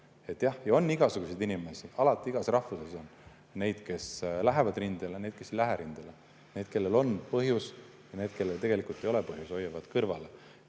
Jah, on igasuguseid inimesi. Alati on iga rahvuse hulgas neid, kes lähevad rindele, ja neid, kes ei lähe rindele. Need, kellel on põhjus, ja need, kellel tegelikult ei ole põhjust, hoiavad vahel